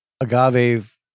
agave